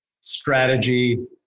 strategy